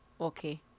Okay